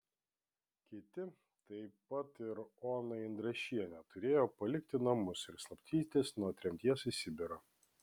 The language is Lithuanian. kiti taip pat ir ona indrašienė turėjo palikti namus ir slapstytis nuo tremties į sibirą